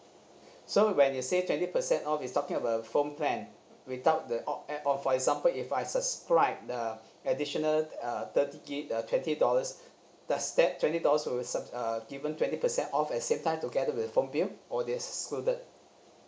so when you say twenty percent off is talking about a phone plan without the op~ add on for example if I subscribe the additional uh thirty gig uh twenty dollars does that twenty dollars will sub~ uh given twenty percent off at same time together with phone bill or this excluded